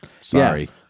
Sorry